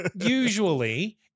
Usually